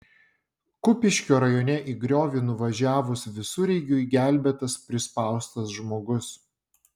kupiškio rajone į griovį nuvažiavus visureigiui gelbėtas prispaustas žmogus